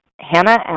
Hannah